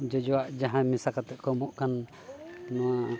ᱡᱚᱡᱚᱣᱟᱜ ᱡᱟᱦᱟᱸ ᱢᱮᱥᱟ ᱠᱟᱛᱮᱫ ᱠᱚ ᱮᱢᱚᱜ ᱠᱟᱱ ᱱᱚᱣᱟ